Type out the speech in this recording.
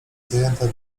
zajęta